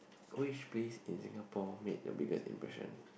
which place in Singapore made the biggest impression